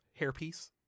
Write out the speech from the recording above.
hairpiece